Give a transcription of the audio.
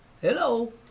hello